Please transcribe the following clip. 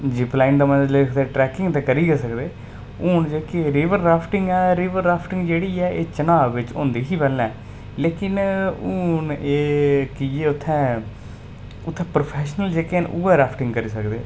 Zipline दा मतलब trekking ते करी गै सकदे हून जेह्की रिवर राफ्टिंग ऐ रिवर राफ्टिंग जेह्ड़ी ऐ चनांऽ बिच्च होंदी ही पैह्लें लेकिन हून एह् कीजे उत्थै उत्थै प्रोफैशनल जेह्के न उ'ऐ राफ्टिंग करी सकदे